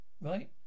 Right